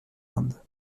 inde